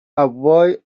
avoid